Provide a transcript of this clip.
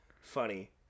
funny